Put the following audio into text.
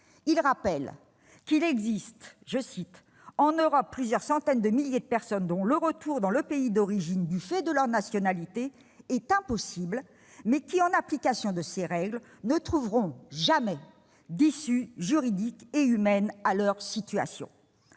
Il rappelle qu'il existe, « en Europe, plusieurs centaines de milliers de personnes dont le retour dans le pays d'origine- du fait de leur nationalité -est impossible mais qui, en application de ces règles, ne trouveront jamais d'issue juridique et humaine à leur situation.